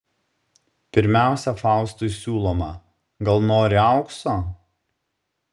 pirmiausia faustui siūloma gal nori aukso